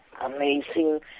Amazing